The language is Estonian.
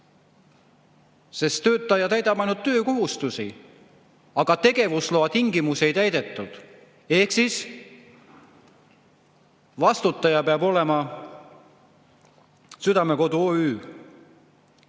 Sest töötaja täidab ainult töökohustusi, aga tegevusloa tingimusi ei täidetud. Ehk vastutaja peab olema Südamekodu OÜ,